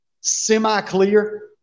semi-clear